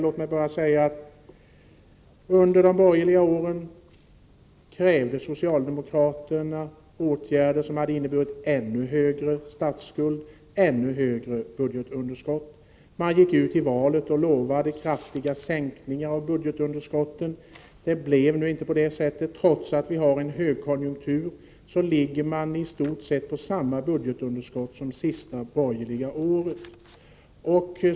Låt mig bara säga att socialdemokraterna under de borgerliga åren krävde åtgärder, som hade inneburit ännu högre statsskuld och budgetunderskott. De gick ut i valet och lovade kraftiga sänkningar av budgetunderskottet. Det blev inte så. Fastän det råder högkonjunktur, ligger man i stort sett på samma budgetunderskott som under det sista borgerliga året.